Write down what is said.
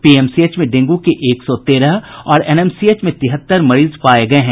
PMCH में dengue के एक सौ तेरह और एनएमसीएच में तिहत्तर मरीज पाये गये हैं